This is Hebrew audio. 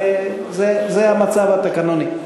זה המצב התקנוני.